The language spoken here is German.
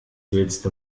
willste